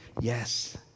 Yes